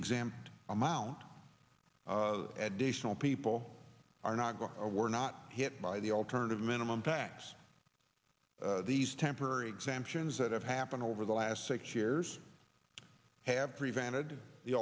exempt amount the additional people are not going to we're not hit by the alternative minimum tax these temporary exemptions that have happened over the last six years have prevented the